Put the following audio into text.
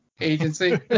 Agency